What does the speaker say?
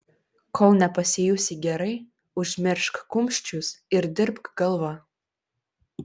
kol nepasijusi gerai užmiršk kumščius ir dirbk galva